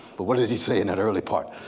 but what does he say in that early part?